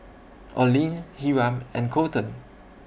Oline Hiram and Coleton